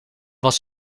was